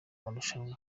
marushanwa